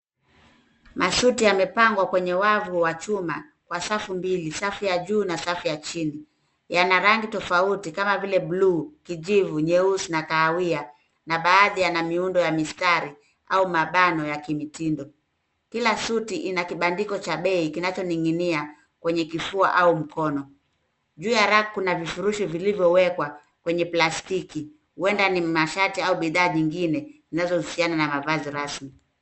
Masuti yamepangwa kwenye wavu wa chuma kwa safu mbili, safu ya juu na safu ya chini. Yana rangi tofauti kama vile buluu, kijivu, nyeusi na kahawia na baadhi yana miundo ya mistari au mabano ya kimitindo. Kila suti ina kibandiko cha bei kinachoning'inia kwenye kifua au mkono. Juu ya rack kuna vifurushi vilivyowekwa kwenye plastiki huenda ni mashati au bidhaa nyingine zinazohusiana na mavazi rasmi.